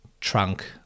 trunk